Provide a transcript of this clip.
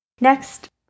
Next